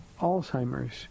Alzheimer's